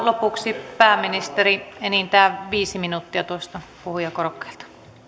lopuksi pääministeri enintään viisi minuuttia tuosta puhujakorokkeelta